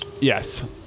Yes